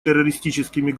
террористическими